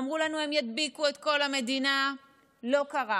אמרו לנו: הם ידביקו את כל המדינה, לא קרה.